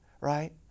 right